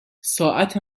ساعت